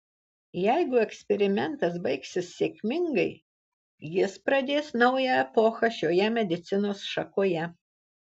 jeigu eksperimentas baigsis sėkmingai jis pradės naują epochą šioje medicinos šakoje